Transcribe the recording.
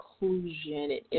inclusion